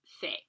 thick